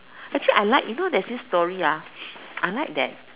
actually I like you know there's this story ah I like that